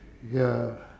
ya